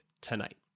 tonight